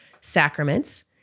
sacraments